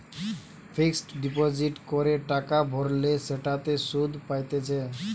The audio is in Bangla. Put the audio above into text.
ফিক্সড ডিপজিট করে টাকা ভরলে সেটাতে সুধ পাইতেছে